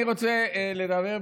אני רוצה לדבר,